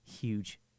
Huge